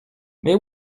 mais